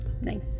Nice